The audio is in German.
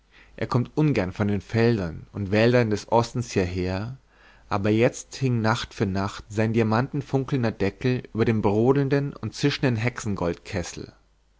er kommt ungern von den feldern und wäldern des ostens hierher aber jetzt hing nacht für nacht sein diamantenfunkelnder deckel über dem brodelnden und